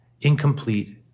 Incomplete